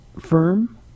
firm